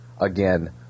again